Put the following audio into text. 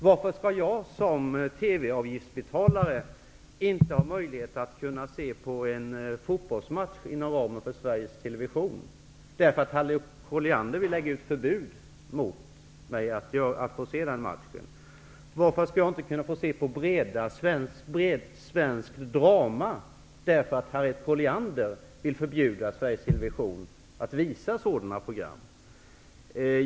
Varför skall jag såsom TV-avgiftsbetalare inte ha möjlighet att se på en fotbollsmatch inom ramen för Sveriges Television, därför att Harriet Colliander vill förbjuda mig att se den matchen? Varför skall jag inte kunna se på breda svenska dramer, därför att Harriet Colliander vill förbjuda Sveriges Television att visa sådana program?